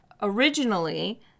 originally